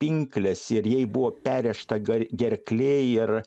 pinkles ir jai buvo perrėžta g gerklė ir